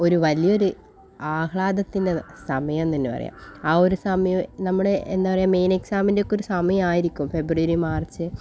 ഒരു വലിയൊരു ആഹ്ളാദത്തിൻ്റെ സമയം തന്നെ പറയാം ആ ഒരു സമയം നമ്മുടെ എന്താ പറയാ മെയിൻ എക്സാമിൻ്റെ ഒക്കെ സമയം ആയിരിക്കും ഫെബ്രുവരി മാർച്ച്